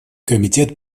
комитет